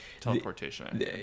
teleportation